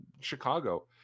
Chicago